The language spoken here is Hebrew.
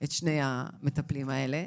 שני המטפלים האלה,